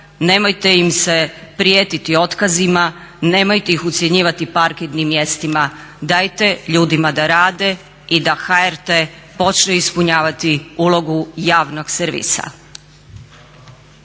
nemojte im se prijetiti otkazima, nemojte ih ucjenjivati parkirnim mjestima. Dajte ljudima da rade i da HRT počne ispunjavati ulogu javnog servisa.